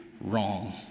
wrong